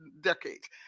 decades